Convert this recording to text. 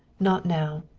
not now.